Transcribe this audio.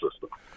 system